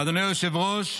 --- אדוני היושב-ראש,